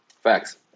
Facts